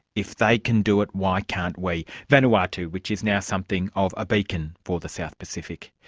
if they can do it, why can't we? vanuatu, which is now something of a beacon for the south pacific.